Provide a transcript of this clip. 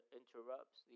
interrupts